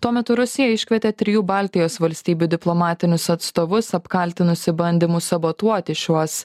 tuo metu rusija iškvietė trijų baltijos valstybių diplomatinius atstovus apkaltinusi bandymu sabotuoti šiuos